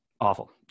Awful